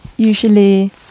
Usually